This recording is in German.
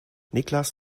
niklas